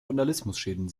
vandalismusschäden